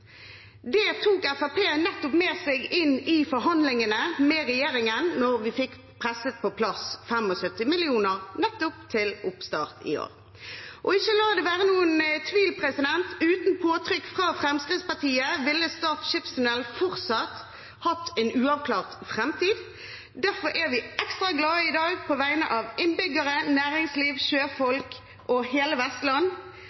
Det tok Fremskrittspartiet med seg i forhandlingene med regjeringen, og vi fikk presset på plass 75 mill. kr nettopp til oppstart i år. Og la det ikke være noen tvil: Uten påtrykk fra Fremskrittspartiet ville Stad skipstunnel fortsatt hatt en uavklart framtid. Derfor er vi ekstra glade i dag på vegne av innbyggere, næringsliv,